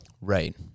Right